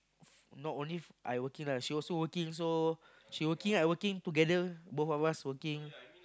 not only I'm working lah she also working also she working I working together both of us working